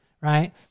Right